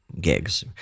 gigs